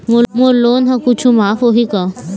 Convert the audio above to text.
मोर loan हा कुछू माफ होही की?